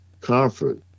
comfort